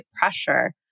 pressure